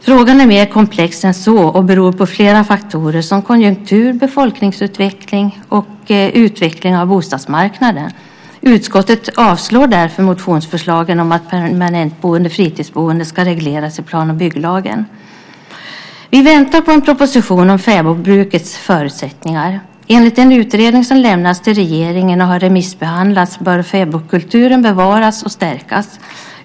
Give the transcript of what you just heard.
Frågan är mer komplex än så och beror på flera faktorer såsom konjunktur, befolkningsutveckling och utveckling av bostadsmarknaden. Utskottet avstyrker därför motionsförslagen om att permanentboende och fritidsboende ska regleras i plan och bygglagen. Vi väntar på en proposition om fäbodbrukets förutsättningar. Enligt en utredning som lämnats till regeringen och som har remissbehandlats bör fäbodkulturen bevaras och stärkas.